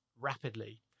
rapidly